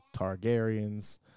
Targaryens